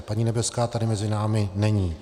Paní Nebeská tady mezi námi není.